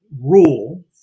rule